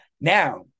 Now